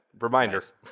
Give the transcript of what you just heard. Reminders